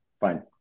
fine